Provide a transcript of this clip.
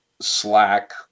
Slack